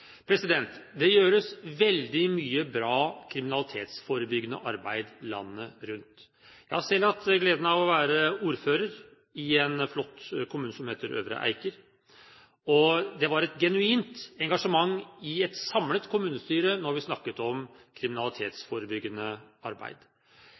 Det gjøres veldig mye bra kriminalitetsforebyggende arbeid landet rundt. Jeg har selv hatt gleden av å være ordfører i en flott kommune som heter Øvre Eiker, og det var et genuint engasjement i et samlet kommunestyre når vi snakket om